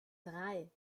drei